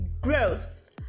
growth